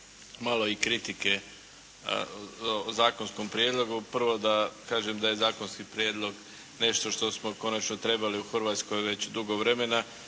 malo i kritike o zakonskom prijedlogu. Prvo da kažem da je zakonski prijedlog nešto što smo konačno trebali u Hrvatskoj već dugo vremena.